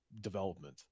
development